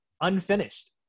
unfinished